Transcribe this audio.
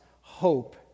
hope